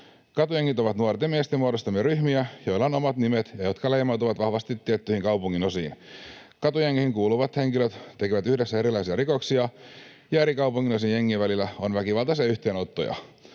Katujengit ovat nuorten miesten muodostamia ryhmiä, joilla on omat nimet ja jotka leimautuvat vahvasti tiettyihin kaupunginosiin. Katujengiin kuuluvat henkilöt tekevät yhdessä erilaisia rikoksia, ja eri kaupunginosien jengien välillä on väkivaltaisia yhteenottoja.